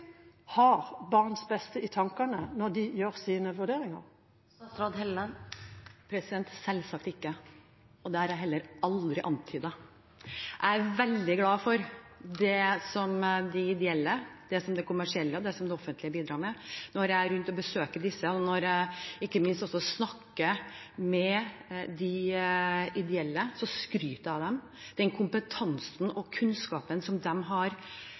har barns beste i tankene når de gjør sine vurderinger? Selvsagt ikke, og det har jeg heller aldri antydet. Jeg er veldig glad for det som de ideelle – og de kommersielle og det offentlige – bidrar med. Når jeg er rundt og besøker de ideelle og ikke minst også snakker med dem, skryter jeg av dem. Den kompetansen og kunnskapen som de har